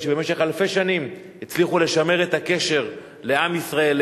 שבמשך אלפי שנים הצליחו לשמר את הקשר לעם ישראל,